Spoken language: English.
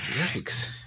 Yikes